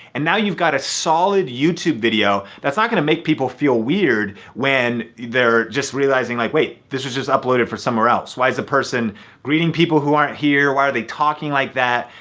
and now you've got a solid youtube video that's not gonna make people feel weird when they're just realizing like, wait, this was just uploaded for somewhere else. why is the person greeting people who aren't here? why are they talking like that?